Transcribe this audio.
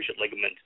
ligament